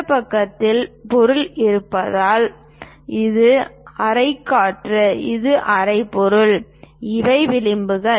இந்த பக்கத்தில் பொருள் இருப்பதால் இது அறைக் காற்று இது அறை பொருள் இவை விளிம்புகள்